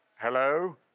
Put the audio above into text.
Hello